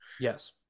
Yes